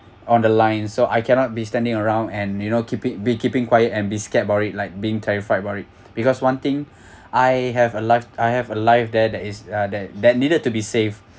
on the line so I cannot be standing around and you know keep it be keeping quiet and be scared about it like being terrified about it because one thing I have a life I have a life there that is uh that that needed to be saved